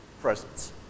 presence